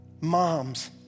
moms